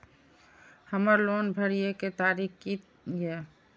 हमर लोन भरए के तारीख की ये?